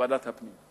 בוועדת הפנים.